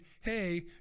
hey